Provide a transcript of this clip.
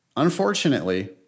Unfortunately